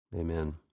Amen